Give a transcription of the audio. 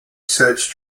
search